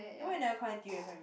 then why you never come n_t_u find me